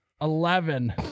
Eleven